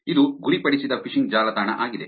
ಇದು ಗುರಿಪಡಿಸಿದ ಫಿಶಿಂಗ್ ಜಾಲತಾಣ ಆಗಿದೆ